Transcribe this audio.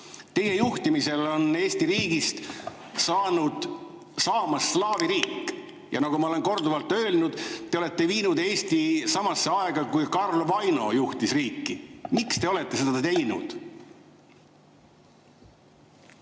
Teie juhtimisel on Eesti riigist saanud või saamas slaavi riik. Ja nagu ma olen korduvalt öelnud, te olete viinud Eesti samasse aega, kui Karl Vaino juhtis riiki. Miks te olete seda teinud?